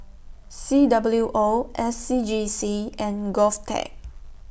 C W O S C G C and Govtech